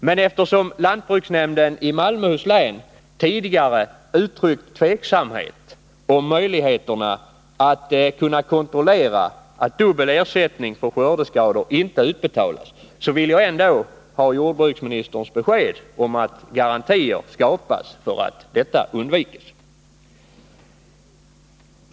Men eftersom lantbruksnämnden i Malmöhus län tidigare uttryckt tvivel på möjligheterna att kontrollera att dubbel ersättning för skördeskador inte utbetalas, vill jag ändå ha jordbruksministerns besked om att garantier skapas för att detta undviks.